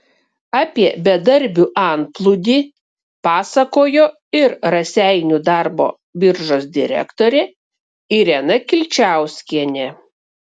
apie bedarbių antplūdį pasakojo ir raseinių darbo biržos direktorė irena kilčauskienė